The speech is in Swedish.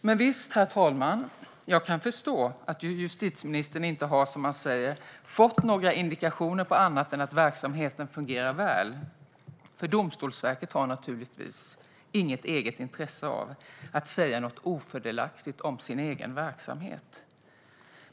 Men visst, herr talman, jag kan förstå att justitieministern inte har, som han säger, fått några indikationer på annat än att verksamheten fungerar väl. Domstolsverket har naturligtvis inget eget intresse av att säga något ofördelaktigt om sin egen verksamhet.